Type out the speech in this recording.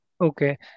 Okay